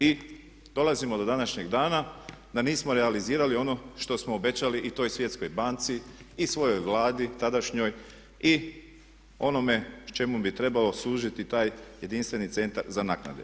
I dolazimo do današnjeg dana da nismo realizirali ono što smo obećali i toj Svjetskoj banci i svojoj Vladi tadašnjoj i onome čemu bi trebao služiti taj jedinstveni centar za naknade.